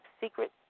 secret